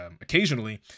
occasionally